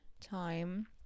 time